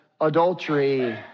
adultery